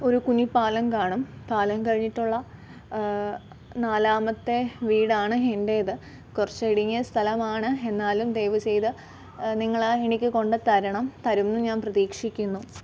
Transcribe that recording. ഒരു കുഞ്ഞി പാലം കാണും പാലം കഴിഞ്ഞിട്ടുള്ള നാലാമത്തെ വീടാണ് എന്റേത് കുറച്ച് ഇടുങ്ങിയ സ്ഥലമാണ് എന്നാലും ദയവു ചെയ്ത് നിങ്ങൾ എനിക്ക് കൊണ്ട് തരണം തരും എന്ന് ഞാൻ പ്രതീക്ഷിക്കുന്നു